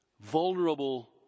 vulnerable